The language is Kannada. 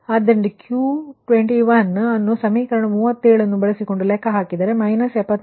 ಆದ್ದರಿಂದ ನೀವು Q21 ಅನ್ನು ಸಮೀಕರಣ 37ನ್ನು ಬಳಸಿಕೊಂಡು ಲೆಕ್ಕ ಹಾಕಿದರೆ ಅದು −74